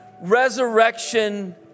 Resurrection